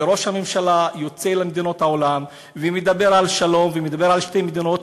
וראש הממשלה יוצא למדינות העולם ומדבר על שלום ומדבר על שתי מדינות: